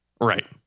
Right